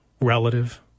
relative